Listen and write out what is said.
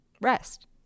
rest